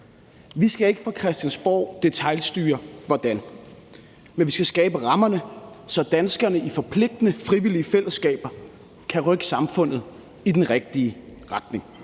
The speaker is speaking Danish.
Vi skal ikke fra Christiansborg detailstyre hvordan, men vi skal skabe rammerne, så danskerne i forpligtende frivillige fællesskaber kan rykke samfundet i den rigtige retning.